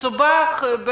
מסובך,